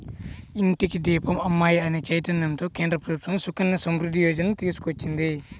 ఇంటికి దీపం అమ్మాయి అనే చైతన్యంతో కేంద్ర ప్రభుత్వం సుకన్య సమృద్ధి యోజన తీసుకొచ్చింది